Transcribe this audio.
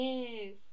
Yes